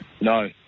No